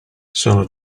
sono